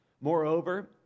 Moreover